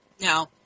No